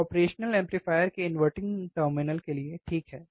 एक operational amplifier के inverting terminal के लिए ठीक है